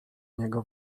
niego